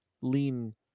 lean –